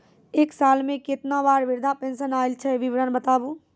एक साल मे केतना बार वृद्धा पेंशन आयल छै विवरन बताबू?